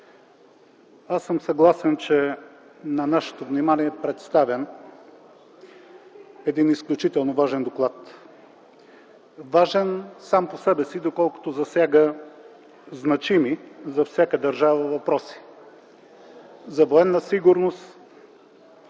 Аз съм съгласен, че на нашето внимание е представен един изключително важен доклад. Важен сам по себе си, доколкото засяга значими за всяка държава въпроси – за военната сигурност,